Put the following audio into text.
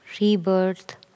rebirth